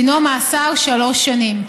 דינו מאסר שלוש שנים.